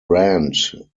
rand